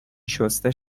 شسته